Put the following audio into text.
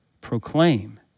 proclaim